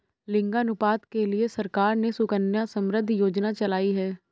लिंगानुपात के लिए सरकार ने सुकन्या समृद्धि योजना चलाई है